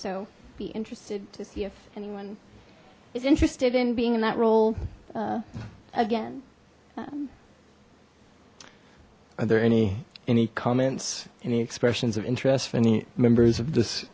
so be interested to see if anyone is interested in being in that role again are there any any comments any expressions of interest for any members of this